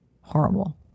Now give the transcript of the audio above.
horrible